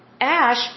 ash